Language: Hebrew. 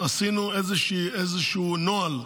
עשינו איזשהו נוהל,